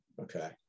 Okay